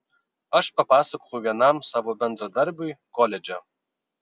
aš papasakojau vienam savo bendradarbiui koledže